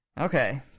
Okay